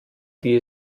die